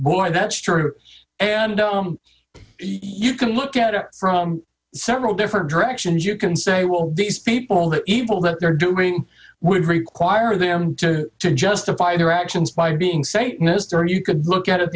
why that's true and you can look at it from several different directions you can say well these people the evil that they're doing would require them to to justify their actions by being satanists or you could look at it